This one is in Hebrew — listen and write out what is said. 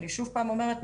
אני עוד פעם אומרת,